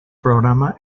programa